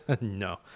no